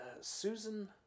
Susan